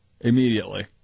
immediately